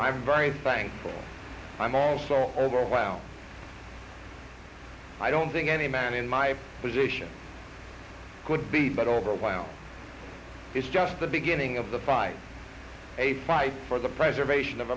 i'm very thankful i'm also over well i don't think any man in my position could be but over while it's just the beginning of the fight a price for the preservation of